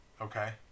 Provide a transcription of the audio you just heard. Okay